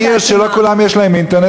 עיר שבה לא לכולם יש אינטרנט,